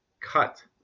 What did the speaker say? cut